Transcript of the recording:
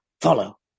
Follow